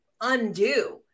undo